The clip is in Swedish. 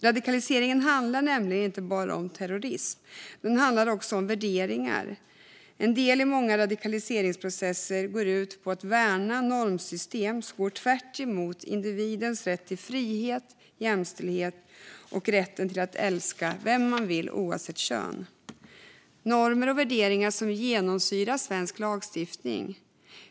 Radikaliseringen handlar nämligen inte bara om terrorism. Den handlar också om värderingar. En del i många radikaliseringsprocesser går ut på att värna normsystem som går tvärtemot individens rätt till frihet och jämställdhet och rätten att älska vem man vill oavsett kön. Det är normer och värderingar som genomsyrar svensk lagstiftning.